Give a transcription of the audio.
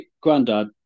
granddad